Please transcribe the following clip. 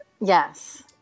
Yes